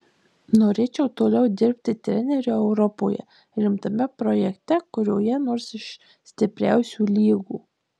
norėčiau toliau dirbti treneriu europoje rimtame projekte kurioje nors iš stipriausių lygų